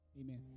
Amen